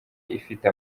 ifite